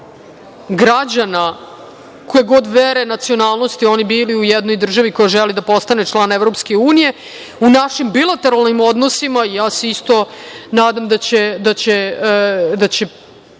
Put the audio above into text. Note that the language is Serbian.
građana koje god vere, nacionalnosti oni bili u jednoj državi koja želi da postane član EU, u našim bilateralnim odnosima, ja se isto nadam da će